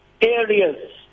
areas